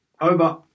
over